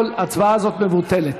ההצבעה הזו מבוטלת.